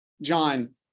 John